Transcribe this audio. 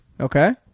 okay